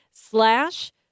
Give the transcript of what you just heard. Slash